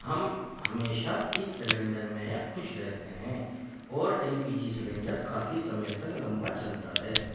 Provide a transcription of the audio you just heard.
ہم ہمیشہ اس سلینڈر میں خوش رہتے ہیں اور ایل پی جی سلینڈر کافی سمے تک لمبا چلتا ہے